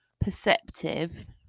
perceptive